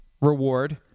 reward